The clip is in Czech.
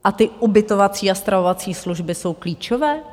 A ty ubytovací a stravovací služby jsou klíčové?